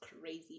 crazy